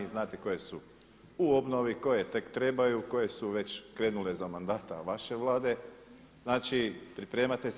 Znate koje su u obnovi, koje tek trebaju, koje su već krenule za mandata vaše vlade, znači pripremate se.